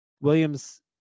williams